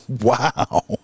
Wow